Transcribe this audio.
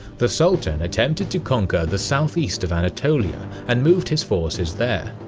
the sultan attempted to conquer the southeast of anatolia and moved his forces there.